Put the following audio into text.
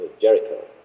Jericho